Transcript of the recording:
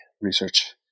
research